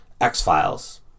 X-Files